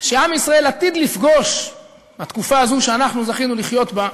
שעם ישראל עתיד לפגוש בתקופה הזו שאנחנו זכינו לחיות בה,